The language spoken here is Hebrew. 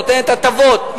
נותנת הטבות,